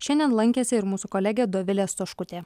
šiandien lankėsi ir mūsų kolegė dovilė stoškutė